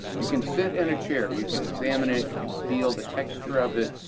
you can sit in a chair. you can examine it. you can feel the texture of it,